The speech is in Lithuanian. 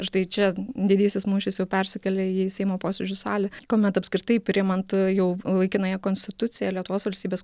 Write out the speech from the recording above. štai čia didysis mūšis jau persikelia į seimo posėdžių salę kuomet apskritai priimant jau laikinąją konstituciją lietuvos valstybės